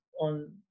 on